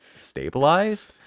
stabilized